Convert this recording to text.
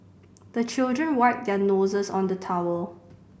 the children wipe their noses on the towel